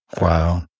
Wow